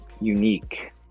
unique